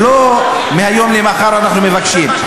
זה לא מהיום למחר שאנחנו מבקשים.